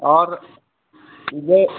और वह